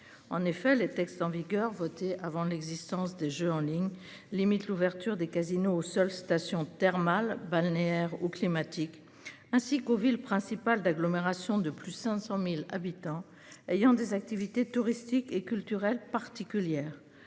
En effet les textes en vigueur voté avant l'existence des jeux en ligne limite l'ouverture des casinos seules stations thermales, balnéaires ou climatiques ainsi qu'aux villes principales agglomérations de plus 500.000 habitants ayant des activités touristiques et culturelles particulières